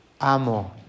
amo